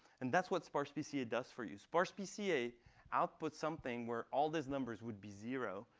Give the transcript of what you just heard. and that's what sparse pca does for you. sparse pca outputs something where all those numbers would be zero.